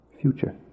future